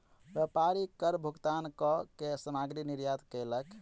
व्यापारी कर भुगतान कअ के सामग्री निर्यात कयलक